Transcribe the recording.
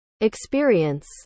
experience